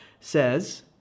says